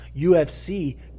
UFC